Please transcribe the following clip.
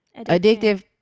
addictive